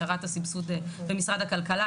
השארת הסבסוד במשרד הכלכלה,